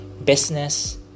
business